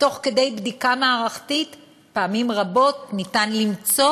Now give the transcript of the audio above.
ותוך כדי בדיקה מערכתית פעמים רבות ניתן למצוא